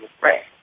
Right